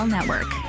Network